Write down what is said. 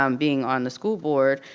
um being on the school board.